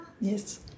Yes